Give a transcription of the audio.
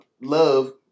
Love